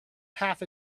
half